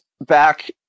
back